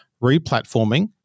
re-platforming